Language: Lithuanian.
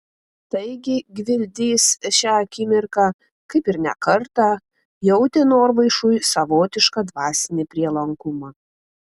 taigi gvildys šią akimirką kaip ir ne kartą jautė norvaišui savotišką dvasinį prielankumą